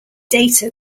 data